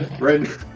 right